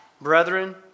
Brethren